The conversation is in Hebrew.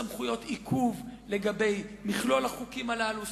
סמכויות עיכוב לגבי מכלול החוקים הללו,